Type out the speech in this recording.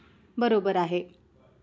बरोबर आहे